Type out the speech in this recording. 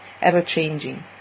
ever-changing